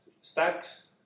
Stacks